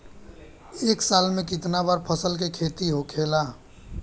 एक साल में कितना बार फसल के खेती होखेला?